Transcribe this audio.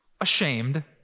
ashamed